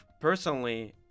personally